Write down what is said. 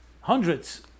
Hundreds